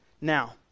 Now